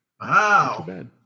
Wow